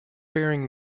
bearing